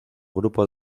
grupo